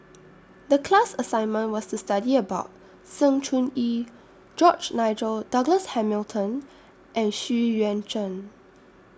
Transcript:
The class assignment was to study about Sng Choon Yee George Nigel Douglas Hamilton and Xu Yuan Zhen